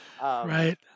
Right